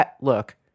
look